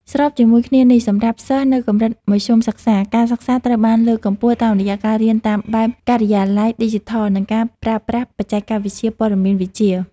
ស្របជាមួយគ្នានេះ សម្រាប់សិស្សនៅកម្រិតមធ្យមសិក្សា ការសិក្សាត្រូវបានលើកកម្ពស់តាមរយៈការរៀនតាមបែបការិយាល័យឌីជីថល និងការប្រើប្រាស់បច្ចេកវិទ្យាព័ត៌មានវិទ្យា។